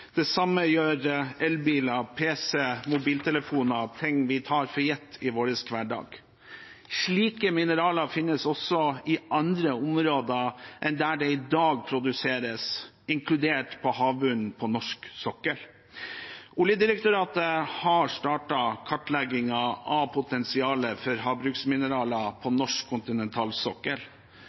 Det samme gjør elbiler, pc-er, mobiltelefoner – ting vi tar for gitt i vår hverdag. Slike mineraler finnes også i andre områder enn der det i dag produseres, inkludert på havbunnen på norsk sokkel. Oljedirektoratet har startet kartleggingen av potensialet for havbunnsmineraler på norsk